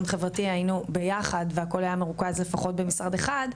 חברתי היו ביחד והכל היה מרוכז במשרד אחד,